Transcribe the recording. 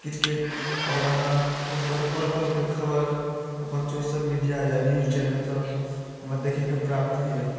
cricket आओर अहाँ हुनकर पल पलके खबर अपन सोशल मीडिया या न्यूज चैनलसँ हमरा देखैके प्राप्त होइया